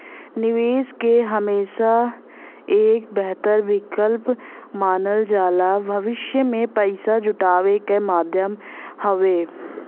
निवेश के हमेशा एक बेहतर विकल्प मानल जाला भविष्य में पैसा जुटावे क माध्यम हउवे